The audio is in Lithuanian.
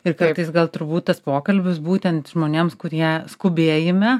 ir kartais gal turbūt tas pokalbis būtent žmonėms kurie skubėjime